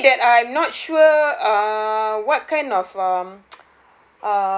it's only that I'm not sure uh what kind of um